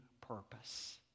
purpose